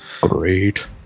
Great